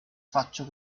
faccio